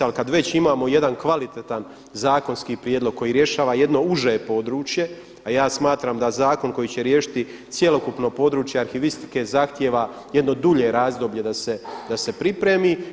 Ali kada već imamo jedan kvalitetan zakonski prijedlog koji rješava jedno uže područje, a ja smatram da zakon koji će riješiti cjelokupno područje arhivistike zahtjeva jedno dulje razdoblje da se pripremi.